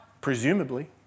presumably